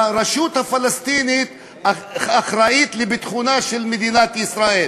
שהרשות הפלסטינית אחראית לביטחונה של מדינת ישראל,